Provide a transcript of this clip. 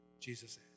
Jesus